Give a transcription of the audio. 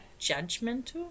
judgmental